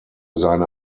seine